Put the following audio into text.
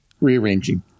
rearranging